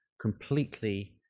completely